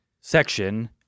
section